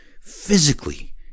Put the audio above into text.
physically